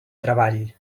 treball